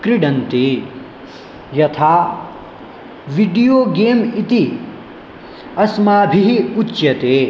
क्रीडन्ति यथा video game इति अस्माभिः उच्यते